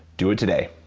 do it today